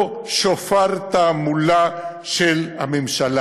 לא שופר תעמולה של הממשלה,